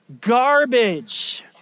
garbage